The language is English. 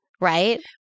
Right